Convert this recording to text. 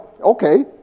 okay